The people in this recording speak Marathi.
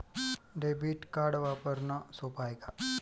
डेबिट कार्ड वापरणं सोप हाय का?